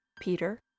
Peter